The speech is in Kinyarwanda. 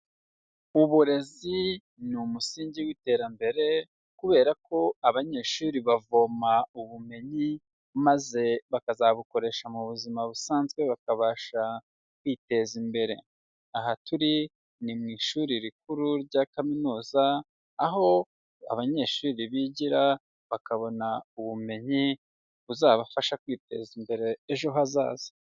Uburezi ni umusingi w'iterambere kubera ko abanyeshuri bavoma ubumenyi maze bakazabukoresha mu buzima busanzwe, bakabasha kwiteza imbere, aha turi ni mu ishuri rikuru rya kaminuza aho abanyeshuri bigira bakabona ubumenyi buzabafasha kwiteza imbere ejo hazaza.